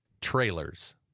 trailers